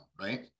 right